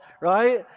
right